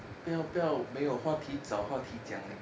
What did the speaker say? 不要不要没有话题找话题讲 leh